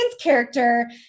character